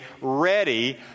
ready